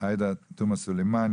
עאידה תומא סלימאן,